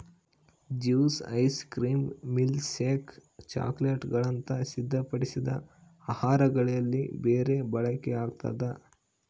juice ice cream milkshake ಚಾಕೊಲೇಟ್ಗುಳಂತ ಸಿದ್ಧಪಡಿಸಿದ ಆಹಾರಗಳಲ್ಲಿ ಬೆರಿ ಬಳಕೆಯಾಗ್ತದ